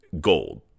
gold